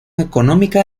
económica